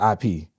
IP